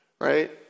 right